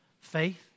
faith